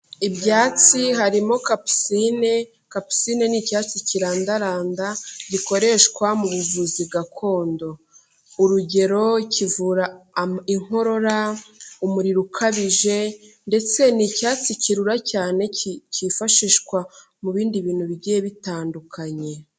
Ibyatsi harimo kapusine, kapusine ni icyatsi kirandaranda, gikoreshwa mu buvuzi gakondo, urugero kivura inkorora, umuriro ukabije ndetse n'icyatsi kirura cyane cyifashishwa mu bindi bintu bigiye bitandukanye.